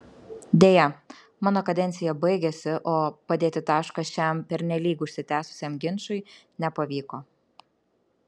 deja mano kadencija baigėsi o padėti tašką šiam pernelyg užsitęsusiam ginčui nepavyko